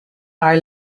are